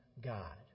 God